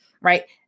right